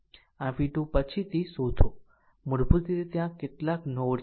આમ v2પછીથી શોધો મૂળભૂત રીતે ત્યાં કેટલા નોડ છે